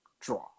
draw